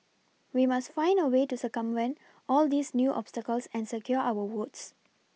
we must find a way to circumvent all these new obstacles and secure our votes